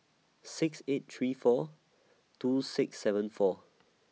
six eight three four two six seven four